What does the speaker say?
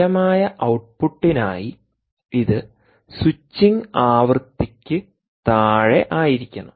സ്ഥിരമായ ഔട്ട്പുട്ടിനായി ഇത് സ്വിച്ചിംഗ് ആവൃത്തിക്ക് താഴെയായിരിക്കണം